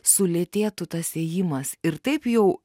sulėtėtų tas ėjimas ir taip jau